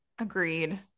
Agreed